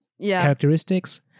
characteristics